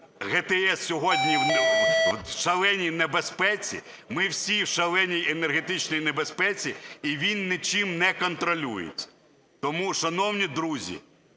ГТС сьогодні в шаленій небезпеці, ми всі в шаленій енергетичній небезпеці, і він нічим не контролюється. Тому, шановні друзі,